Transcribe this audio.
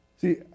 See